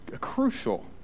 crucial